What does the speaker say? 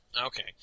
Okay